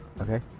Okay